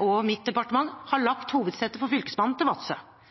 og mitt departement har lagt hovedsetet for Fylkesmannen til Vadsø.